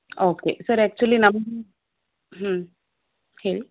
okay sir actually ನಮ್ಮ ಹೇಳಿ